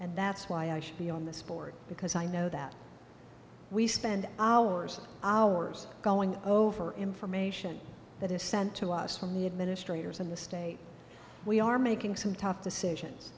and that's why i should be on this board because i know that we spend hours and hours going over information that is sent to us from the administrators and the state we are making some tough decisions